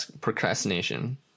procrastination